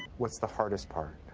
what's the hardest part?